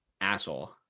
asshole